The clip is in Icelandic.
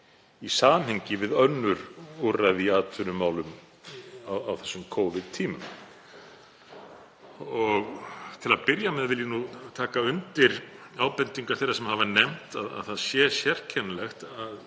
í samhengi við önnur úrræði í atvinnumálum á þessum Covid-tímum. Til að byrja með vil ég taka undir ábendingar þeirra sem hafa nefnt að það sé sérkennilegt að